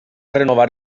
renovar